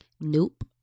Nope